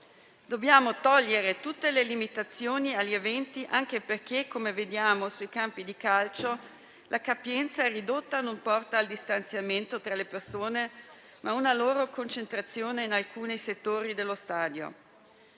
Dobbiamo togliere tutte le limitazioni agli eventi, anche perché - come vediamo sui campi di calcio - la capienza ridotta porta non al distanziamento tra le persone, ma a una loro concentrazione in alcuni settori dello stadio.